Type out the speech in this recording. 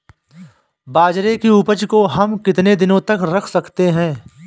बाजरे की उपज को हम कितने दिनों तक रख सकते हैं?